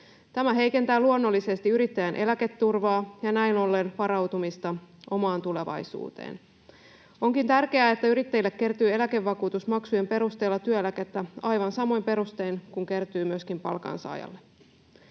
Tämä heikentää luonnollisesti yrittäjän eläketurvaa ja näin ollen varautumista omaan tulevaisuuteen. Onkin tärkeää, että yrittäjille kertyy eläkevakuutusmaksujen perusteella työeläkettä aivan samoin perustein kuin kertyy myöskin palkansaajalle.